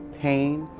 pain,